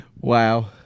Wow